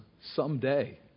someday